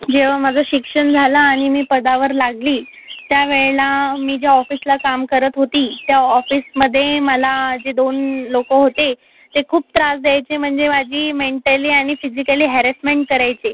जेव्हा माझं शिक्षण झालं आणि मी पदावर लागली त्या वेळेला मी ज्या ऑफिसला काम करत होती त्या ऑफिसमध्ये मला जे दोन लोक होते ते खूप त्रास द्यायचे म्हणजे माझी मेंटली आणि फिजिकली हॅरॅसमेंट करायचे